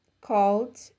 called